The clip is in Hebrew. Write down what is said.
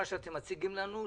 מה שאתם מציגים לנו,